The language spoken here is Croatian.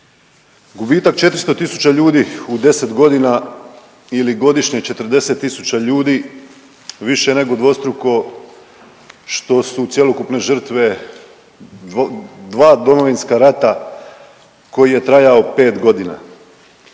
gubitak 400.000 ljudi u 10 godina ili godišnje 40.000 ljudi više je nego dvostruko što su cjelokupne žrtve 2 Domovinska rata koji je trajao 5 godina.